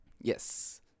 Yes